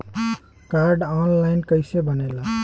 Card online कइसे बनेला?